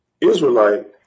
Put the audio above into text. Israelite